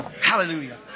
hallelujah